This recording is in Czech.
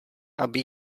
aby